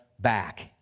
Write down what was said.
back